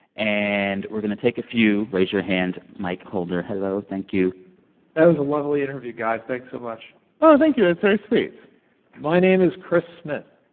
and we're going to take a few. raise your hand, mic-holder. hello. thank you that was a lovely interview, guy. thanks so much oh, thank you. that's very sweet my name is chris smith.